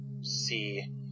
see